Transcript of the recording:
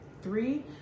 three